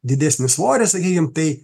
didesnis svoris sakykim tai